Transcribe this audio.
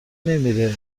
نمیره